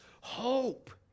hope